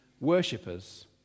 worshippers